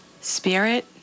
Spirit